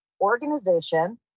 organization